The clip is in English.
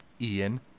Ian